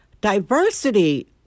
Diversity